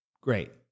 Great